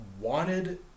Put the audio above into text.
wanted